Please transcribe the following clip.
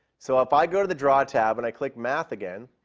so if i go to the draw tab, and i click math again,